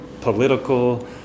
political